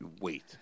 wait